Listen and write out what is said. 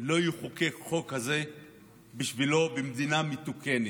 לא יחוקק חוק כזה בשבילו במדינה מתוקנת,